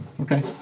Okay